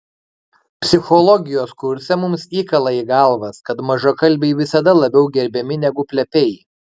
psichologijos kurse mums įkala į galvas kad mažakalbiai visada labiau gerbiami negu plepiai